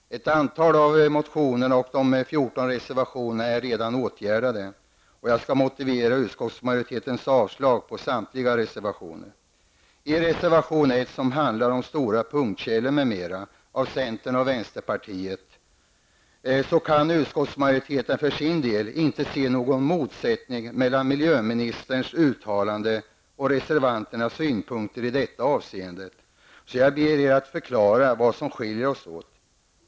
Ett antal av motionerna och de 14 reservationerna är redan åtgärdade. Jag skall motivera utskottsmajoritetens yrkande om avslag på samtliga reservationer. När det gäller reservation 1 av centern och vänsterpartiet, som handlar om stora punktkällor m.m., kan utskottsmajoriteten för sin del inte se någon motsättning mellan miljöministerns uttalande och reservanternas synpunkter i detta avseende. Jag ber er därför förklara vad som skiljer oss åt.